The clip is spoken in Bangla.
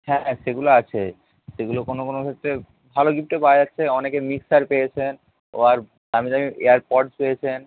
হ্যাঁ হ্যাঁ সেগুলো আছে সেগুলো কোনো কোনো ক্ষেত্রে ভালো গিফ্টও পাওয়া যাচ্ছে অনেকে মিক্সার পেয়েছেন ওয়ার দামি দামি এয়ারপডস পেয়েছেন